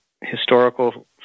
historical